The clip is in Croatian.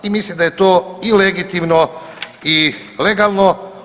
I mislim da je to i legitimno i legalno.